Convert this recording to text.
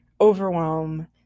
overwhelm